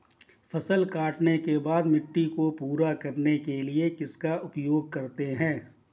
फसल काटने के बाद मिट्टी को पूरा करने के लिए किसका उपयोग करते हैं?